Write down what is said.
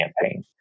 campaign